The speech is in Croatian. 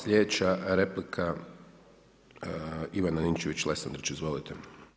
Slijedeća replika, Ivana Ninčević-Lesandrić, izvolite.